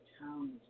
town